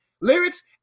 lyrics